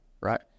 right